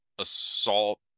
assault